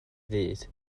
ddydd